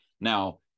Now